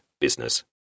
business